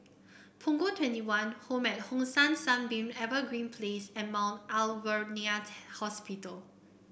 Punggol Twenty one Home at Hong San Sunbeam Evergreen Place and Mount Alvernia Hospital